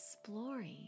exploring